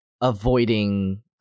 avoiding